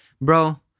Bro